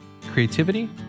Creativity